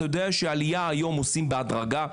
אתה יודע שהעלייה היום עושים בהדרגה.